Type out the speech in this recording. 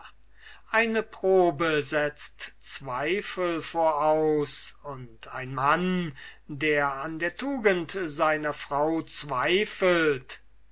eine probe setzt zweifel voraus und ein mann der an der tugend seiner frau zweifelt